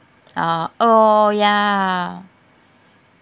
orh oh ya